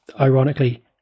ironically